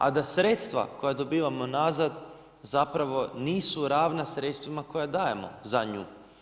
A da sredstva koja dobivamo nazad zapravo nisu ravna sredstvima koja dajemo za nju.